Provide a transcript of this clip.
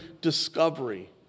discovery